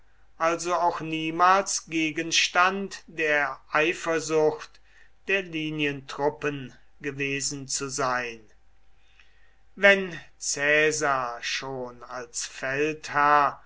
also auch niemals gegenstand der eifersucht der linientruppen gewesen zu sein wenn caesar schon als feldherr